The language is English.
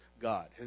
God